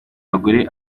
abagore